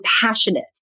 passionate